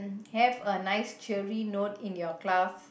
have a nice cheery note in your class